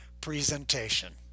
presentation